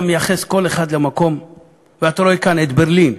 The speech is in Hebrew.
מייחס כל אחד למקום ואתה רואה כאן את ברלין,